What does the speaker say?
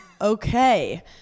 okay